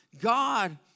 God